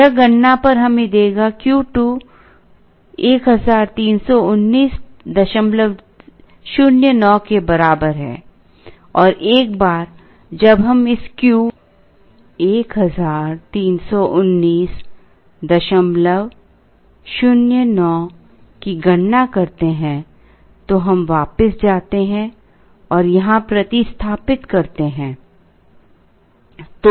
यह गणना पर हमें देगा Q2 131909 के बराबर है और एक बार जब हम इस Q 131909 की गणना करते हैं तो हम वापस जाते हैं और यहां प्रतिस्थापित करते हैं